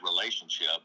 relationship